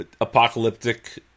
apocalyptic